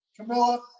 Camilla